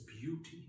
beauty